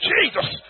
Jesus